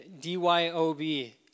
D-Y-O-B